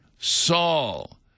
Saul